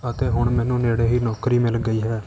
ਅਤੇ ਹੁਣ ਮੈਨੂੰ ਨੇੜੇ ਹੀ ਨੌਕਰੀ ਮਿਲ ਗਈ ਹੈ